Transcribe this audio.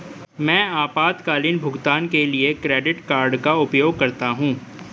मैं आपातकालीन भुगतान के लिए क्रेडिट कार्ड का उपयोग करता हूं